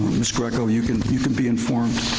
ms. greco, you can you can be informed.